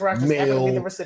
male